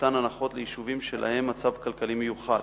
מתן הנחות ליישובים שלהם מצב כלכלי מיוחד.